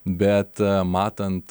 bet matant